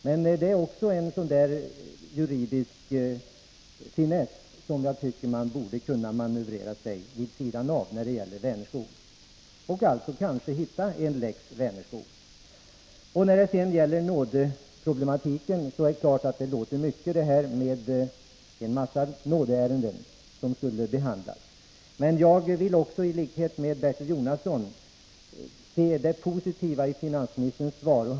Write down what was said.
Men det är också en Nr 18 sådan där juridisk finess som man, tycker jag, borde kunna manövrera sig vid Måndagen den sidan av när det gäller Vänerskog och alltså hitta en lex Vänerskog. 7 november 1983 Det är klart att det skulle bli en hel massa nådeärenden att behandla, om man skulle tillämpa nådeförfarandet. Men jag vill i likhet med Bertil Om vissa Jonasson se det positiva i finansministerns svar.